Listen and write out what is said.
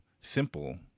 simple